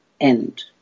end